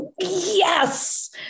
yes